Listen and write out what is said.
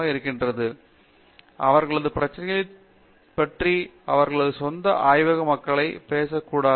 பேராசிரியர் சத்யநாராயண நா குமாடி மேலும் அவர்களது பிரச்சனையைப் பற்றி அவர்களது சொந்த ஆய்வக மக்களைப் பேசக்கூடாது